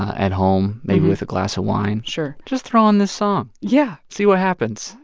at home, maybe with a glass of wine. sure. just throw on this song. yeah. see what happens